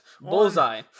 Bullseye